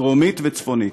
דרומית וצפונית.